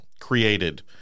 created